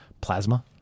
plasma